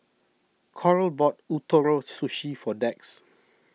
Coral bought Ootoro Sushi for Dax